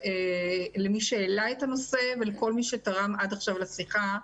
למי שהעלה את הנושא ולכל מי שתרם עד עכשיו לשיחה.